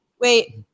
Wait